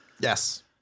Yes